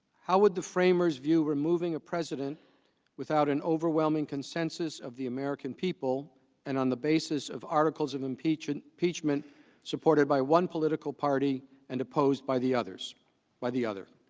how would the framers view removing a president without an overwhelming consensus of the american people and on the basis of articles of impeachment pitchman supported by one political party and opposed by the others by the other